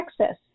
Texas